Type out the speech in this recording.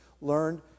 learned